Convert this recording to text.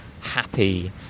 happy